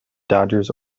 dodgers